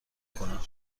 کنم